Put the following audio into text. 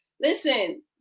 Listen